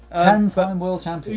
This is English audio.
and so and world champion.